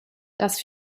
das